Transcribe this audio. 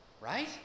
Right